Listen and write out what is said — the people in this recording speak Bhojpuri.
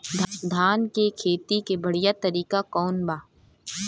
धान के खेती के बढ़ियां तरीका कवन बा?